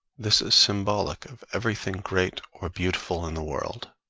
this is symbolic of everything great or beautiful in the world.